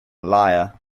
liar